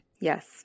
Yes